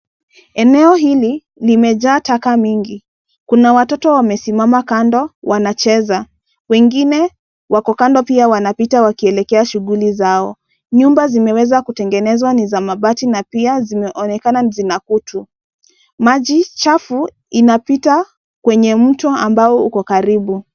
Eneo hili limejaa taka mingi. Kuna watoto wa mesimama kando, wanacheza. Wengine, wako kando pia wanapita wakielekea shuguli zao. Nyumba zimeweza kutengenezwa ni za mabati na pia zimeonekana ni zina kutu. Maji, chafu, inapita kwenye mtu ambao uko karibu.